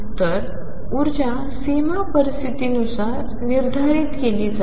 तर उर्जा सीमा परिस्थितीनुसार निर्धारित केली जाते